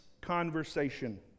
conversation